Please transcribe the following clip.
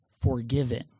forgiven